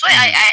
mm